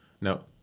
No